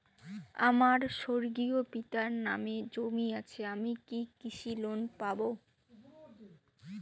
আমার স্বর্গীয় পিতার নামে জমি আছে আমি কি কৃষি লোন পাব?